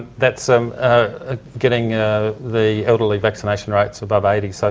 that's so ah getting the elderly vaccination rates above eighty. so